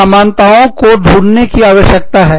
और कुछ समानताओं को ढूंढने की आवश्यकता है